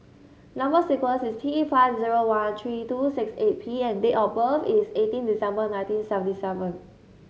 number sequence is T five zero one three two six eight P and date of birth is eighteen December nineteen seventy seven